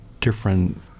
different